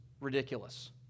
ridiculous